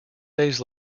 days